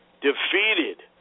defeated